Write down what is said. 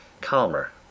calmer